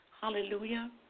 Hallelujah